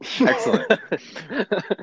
excellent